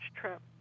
trip